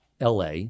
LA